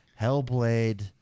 Hellblade